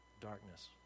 darkness